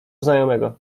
znajomego